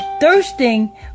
thirsting